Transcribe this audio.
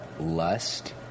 lust